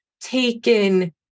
taken